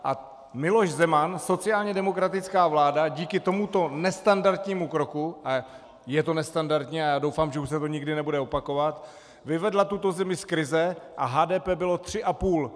A Miloš Zeman, sociálně demokratická vláda, díky tomuto nestandardnímu kroku, a je to nestandardní a doufám, že se to už nikdy nebude opakovat, vyvedla tuto zemi z krize a HDP bylo 3,5.